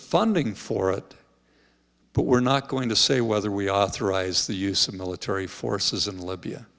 funding for it but we're not going to say whether we authorize the use of military forces in libya